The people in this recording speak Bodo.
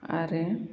आरो